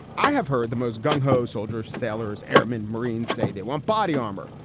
i have heard the most gung-ho soldiers, sailors, airmen, marines say they want body armor.